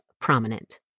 prominent